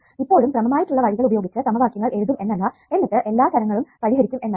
ഇപ്പോഴും ക്രമമായിട്ടുള്ള വഴികൾ ഉപയോഗിച്ച് സമവാക്യങ്ങൾ എഴുതും എന്നല്ല എന്നിട്ട് എല്ലാ ചരങ്ങളും പരിഹരിക്കും എന്നല്ല